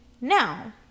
now